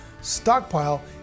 stockpile